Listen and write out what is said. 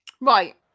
Right